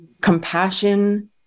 compassion